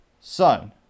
son